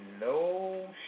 no